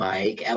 Mike